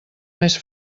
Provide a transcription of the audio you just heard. més